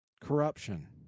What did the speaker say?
Corruption